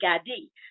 ID